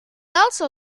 also